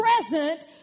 present